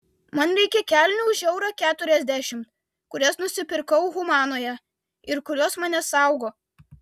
man reikia kelnių už eurą keturiasdešimt kurias nusipirkau humanoje ir kurios mane saugo